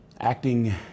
acting